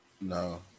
No